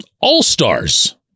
All-Stars